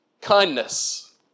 kindness